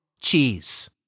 cheese